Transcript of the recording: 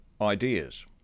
ideas